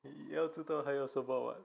你要知道他要什么 what